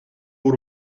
uhr